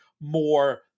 more